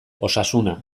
osasuna